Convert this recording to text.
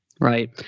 right